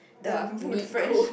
the wood fresh